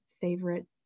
favorite